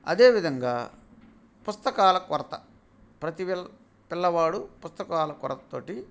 అదే విధంగా పుస్తకాల కొరత ప్రతీపిల్ల పిల్లవాడు పుస్తకాల కొరతతోటి